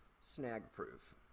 snag-proof